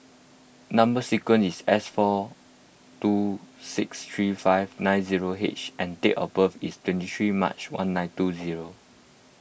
Number Sequence is S four two six three five nine zero H and date of birth is twenty three March one nine two zero